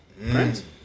Right